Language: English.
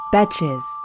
Betches